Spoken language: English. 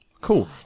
cool